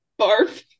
barf